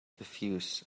diffuse